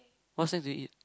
what snacks do you eat